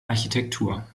architektur